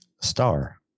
Star